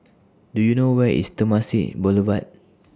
Do YOU know Where IS Temasek Boulevard